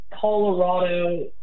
colorado